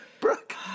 Brooke